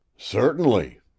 Certainly